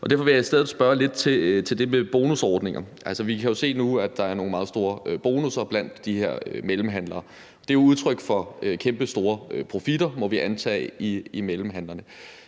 Derfor vil jeg i stedet spørge lidt til det med bonusordninger. Altså, vi kan jo se nu, at der er nogle meget store bonusser blandt de her mellemhandlere. Det er udtryk for kæmpestore profitter, må vi antage, hos mellemhandlerne.